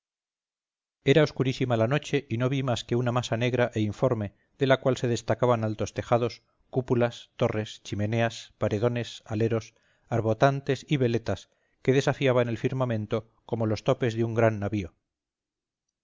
era oscurísima la noche y no vi más que una masa negra e informe de la cual se destacaban altos tejados cúpulas torres chimeneas paredones aleros arbotantes y veletas que desafiaban el firmamento como los topes de un gran navío